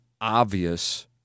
obvious